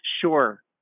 Sure